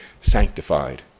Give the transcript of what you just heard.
sanctified